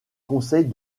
conseille